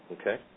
okay